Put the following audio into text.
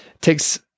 takes